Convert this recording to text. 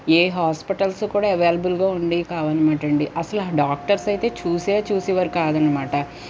ఏ hospitals కూడా అవైలబుల్గా ఉండేవి కావనమాట అండీ అస్సలు ఆ డాక్టర్స్ అయితే చూసే చూసేవారే కారనమాట